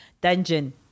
Dungeon